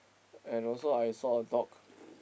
and also I saw a dog